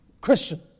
Christian